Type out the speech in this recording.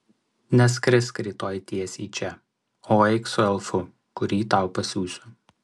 neskrisk rytoj tiesiai čia o eik su elfu kurį tau pasiųsiu